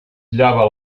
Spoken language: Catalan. llava